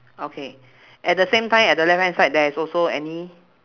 okay at the same time at the left hand side there is also any